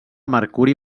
mercuri